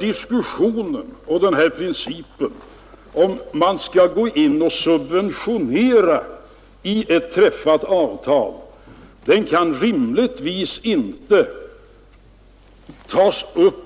Diskussionen huruvida man skall tillämpa lågprislinje i strid med ett träffat avtal kan rimligtvis inte tas upp